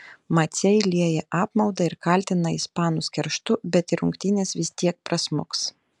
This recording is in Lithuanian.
maciai lieja apmaudą ir kaltina ispanus kerštu bet į rungtynes vis tiek prasmuks